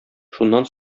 шуннан